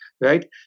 right